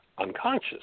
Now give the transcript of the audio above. unconscious